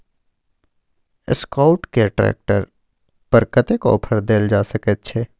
Escort के tractor पर कतेक ऑफर दैल जा सकेत छै?